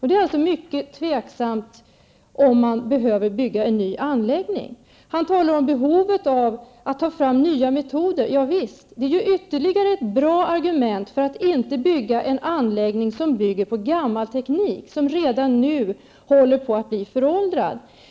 Det är alltså mycket osäkert om man behöver bygga en ny anläggning. Han talar om behovet av att ta fram nya metoder. Ja visst, det är ytterligare ett bra argument för att inte bygga en anläggning som bygger på gammal teknik, som redan nu redan håller på att bli föråldrad.